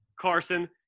Carson